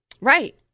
Right